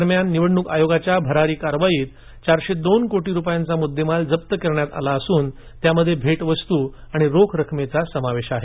दरम्यान निवडणूक आयोगाच्या भरारी कारवाईत चारशे दोन कोटी रुपयांचा मुद्देमाल जप केला असून त्यात भेटवस्तू आणि रोख रक्कमेचा समावेश आहे